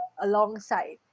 alongside